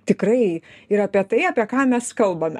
tikrai ir apie tai apie ką mes kalbame